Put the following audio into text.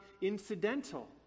incidental